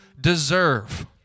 deserve